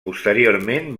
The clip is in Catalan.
posteriorment